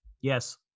Yes